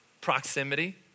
Proximity